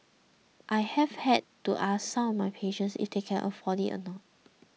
I have had to ask some of my patients if they can afford it or not